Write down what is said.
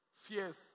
fierce